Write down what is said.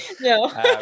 no